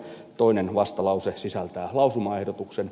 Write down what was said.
toinen vastalause sisältää lausumaehdotuksen